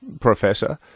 Professor